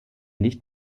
nicht